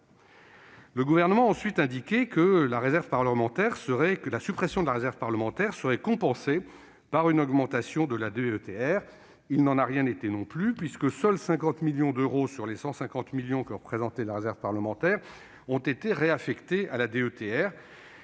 Le Gouvernement a ensuite indiqué que la suppression de la réserve parlementaire serait compensée par une augmentation de la DETR. Il n'en a rien été non plus, puisque seuls 50 millions sur 150 millions d'euros que représentait la réserve parlementaire ont été réaffectés à la DETR.